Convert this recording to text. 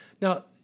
Now